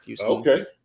okay